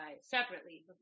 separately